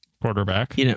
Quarterback